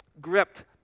gripped